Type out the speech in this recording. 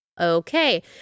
Okay